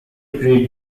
create